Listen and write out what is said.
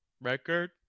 record